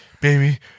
Baby